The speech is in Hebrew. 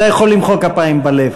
אתה יכול למחוא כפיים בלב,